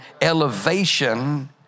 elevation